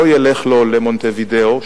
שלא ילך לו למונטווידאו,